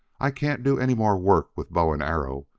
i can't do any more work with bow and arrow,